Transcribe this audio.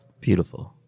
Beautiful